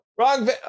wrong